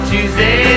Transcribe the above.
Tuesday